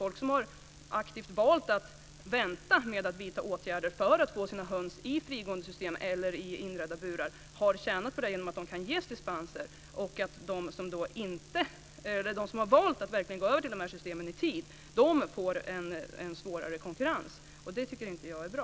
Folk som aktivt valt att vänta med att vidta åtgärder för att få sina höns i frigåendesystem eller i system med inredda burar har tjänat på det genom att de kan ges dispenser, medan de som valt att i tid gå över till de här systemen får en svårare konkurrenssituation. Det tycker inte jag är bra.